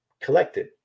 collected